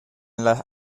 las